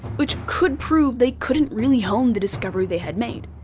which could prove they couldn't really hone the discovery they had made.